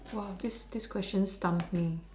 !wah! this this question stumped me